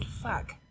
fuck